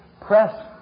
press